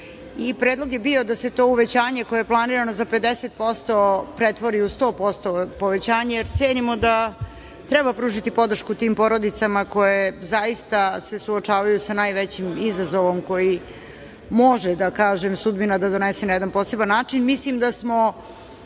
Predlog je bio da se to uvećanje koje je planirano za 50% pretvori u 100% povećanje, jer cenimo da treba pružiti podršku tim porodicama koje zaista se suočavaju sa najvećim izazovom koji može, da kažem, sudbina da donese na jedan poseban način.